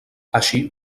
així